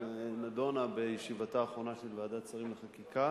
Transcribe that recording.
נדונה בישיבתה האחרונה של ועדת השרים לחקיקה